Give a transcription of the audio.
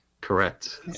Correct